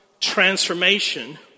transformation